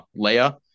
Leia